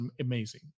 amazing